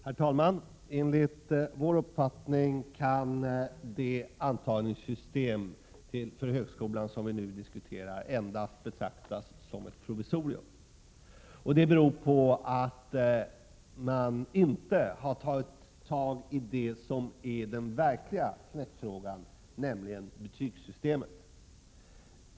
Herr talman! Enligt vår uppfattning kan det antagningssystem för högskolan som vi nu diskuterar endast betraktas som ett provisorium. Det beror på att man inte har tagit tag i det som är den verkliga knäckfrågan, nämligen betygssystemet.